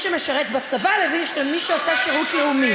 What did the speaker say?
שמשרת בצבא לבין מי שעושה שירות לאומי.